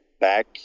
back